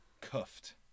Cuffed